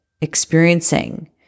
experiencing